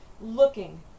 looking